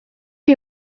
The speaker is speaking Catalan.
que